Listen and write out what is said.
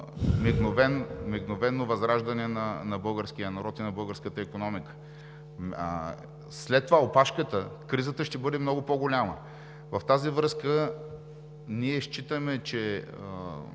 мигновено възраждане на българския народ и на българската икономика. След това опашката, кризата ще бъде много по-голяма. Ние считаме, че